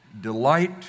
Delight